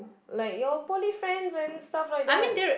like your poly friends and stuff like that